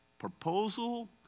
proposal